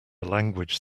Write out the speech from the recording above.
language